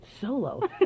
solo